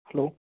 hello